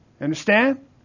Understand